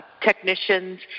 technicians